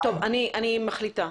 אני מחליטה.